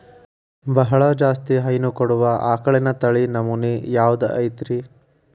ಬಹಳ ಜಾಸ್ತಿ ಹೈನು ಕೊಡುವ ಆಕಳಿನ ತಳಿ ನಮೂನೆ ಯಾವ್ದ ಐತ್ರಿ?